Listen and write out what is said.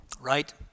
right